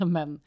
Men